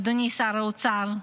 אדוני שר האוצר,